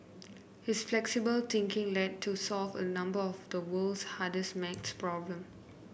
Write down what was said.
his flexible thinking led to solve a number of the world's hardest maths problems